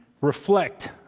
reflect